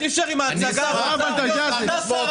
בוא נראה אותך מעלה את השכר לחיילי צה"ל.